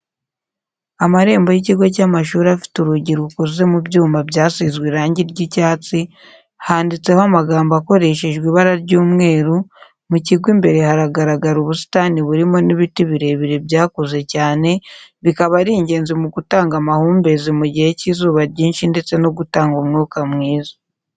Amarembo y'ikigo cy'amashuri afite urugi rukoze mu byuma byasizwe irangi ry'icyatsi, handitseho amagambo akoreshejwe ibara ry'umweru, mu kigo imbere hagaragara ubusitani burimo n'ibiti birebire byakuze cyane bikaba ari ingenzi mu gutanga amahumbezi mu gihe cy'izuba ryinshi ndetse no gutanga umwuka mwiza.